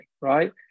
right